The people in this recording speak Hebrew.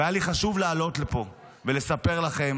והיה לי חשוב לעלות לפה ולספר לכם